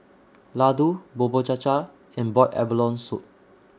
Laddu Bubur Cha Cha and boiled abalone Soup